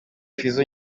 fizzo